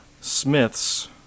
Smith's